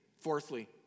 Fourthly